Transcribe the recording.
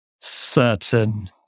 certain